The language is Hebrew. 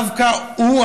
דווקא הוא,